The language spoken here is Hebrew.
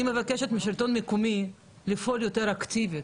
אני מבקשת מהשלטון המקומי לפעול יותר אקטיבית,